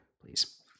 please